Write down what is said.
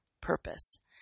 purpose